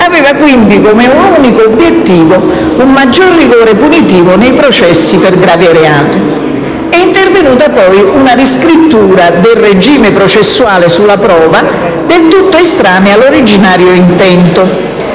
Aveva quindi come unico obiettivo un maggior rigore punitivo nei processi per gravi reati. È intervenuta poi una riscrittura del regime processuale sulla prova, del tutta estranea all'originario intento,